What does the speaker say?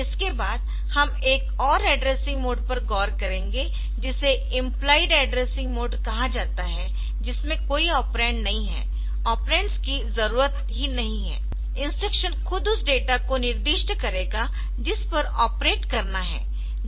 इसके बाद हम एक और एड्रेसिंग मोड पर गौर करेंगे जिसे इम्प्लॉइड एड्रेसिंग मोड कहा जाता है जिसमें कोई ऑपरेंड नहीं है ऑपरेंड्स की जरूरत ही नहीं है इंस्ट्रक्शन खुद उस डेटा को निर्दिष्ट करेगा जिस पर ऑपरेट करना है जैसे CLC